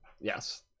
yes